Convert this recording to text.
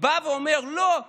בא ואומר: לא.